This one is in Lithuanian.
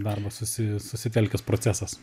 darbą susi susitelkęs procesas